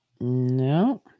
No